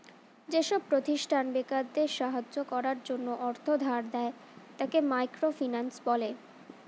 যেসব প্রতিষ্ঠান বেকারদের সাহায্য করার জন্য অর্থ ধার দেয়, তাকে মাইক্রো ফিন্যান্স বলে